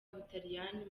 ubutaliyani